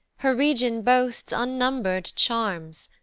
her region boasts unnumber'd charms,